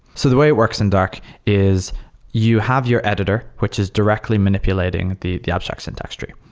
so the way works and dark is you have your editor, which is directly manipulating the the abstract syntax tree.